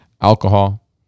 alcohol